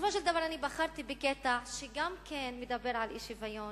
בסופו של דבר בחרתי בקטע שגם כן מדבר על אי-שוויון,